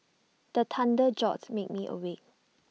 the thunder jolt me me awake